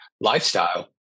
lifestyle